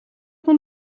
van